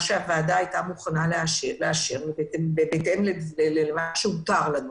שהוועדה הייתה מוכנה לאשר ובהתאם למה שהותר לנו.